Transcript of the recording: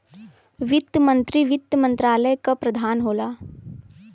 वित्त मंत्री वित्त मंत्रालय क प्रधान होला